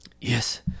Yes